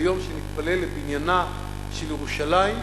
ליום שבו נתפלל לבניינה של ירושלים,